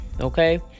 Okay